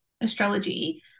astrology